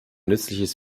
nützliches